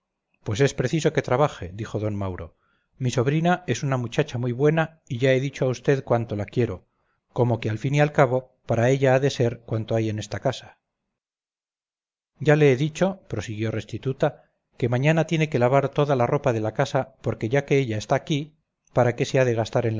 pues es preciso que trabaje dijo d mauro mi sobrina es una muchacha muy buena y ya he dicho a vd cuánto la quiero como que al fin y al cabo para ella ha de ser cuanto hay en esta casa ya le he dicho prosiguió restituta que mañana tiene que lavar toda la ropa de la casa porque ya que ella está aquí para qué se ha de gastar